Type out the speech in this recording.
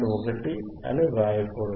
1 అని వ్రాయకూడదు